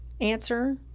answer